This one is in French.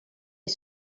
est